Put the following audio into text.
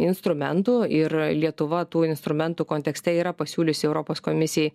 instrumentų ir lietuva tų instrumentų kontekste yra pasiūliusi europos komisijai